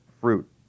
fruit